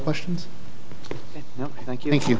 questions thank you thank you